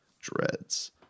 dreads